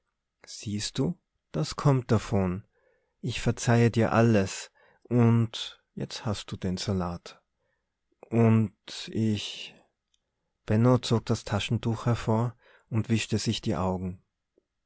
siehst du das kommt davon ich verzeih dir alles und jetzt hast de den salat und ich benno zog das taschentuch hervor und wischte sich die augen